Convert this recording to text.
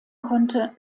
konnte